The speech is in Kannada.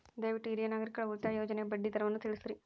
ದಯವಿಟ್ಟು ಹಿರಿಯ ನಾಗರಿಕರ ಉಳಿತಾಯ ಯೋಜನೆಯ ಬಡ್ಡಿ ದರವನ್ನು ತಿಳಿಸ್ರಿ